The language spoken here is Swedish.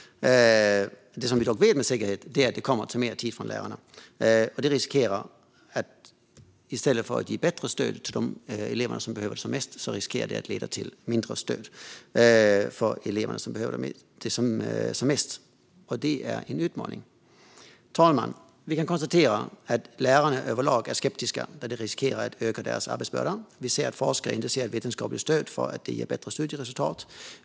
Det som vi vet med säkerhet är att det kommer att ta mer tid från lärarna, och i stället för att ge bättre stöd till de elever som behöver det mest riskerar det att leda till mindre stöd till de eleverna. Det är en utmaning. Fru talman! Vi kan konstatera att lärarna överlag är skeptiska. Det riskerar att öka deras arbetsbörda. Vi ser att forskarna inte ser att det finns vetenskapligt stöd för att det ger bättre studieresultat.